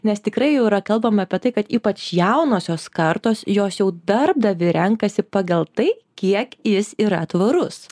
nes tikrai jau yra kalbama apie tai kad ypač jaunosios kartos jos jau darbdavį renkasi pagal tai kiek jis yra tvarus